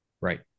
Right